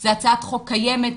זו הצעת חוק קיימת,